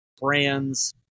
brands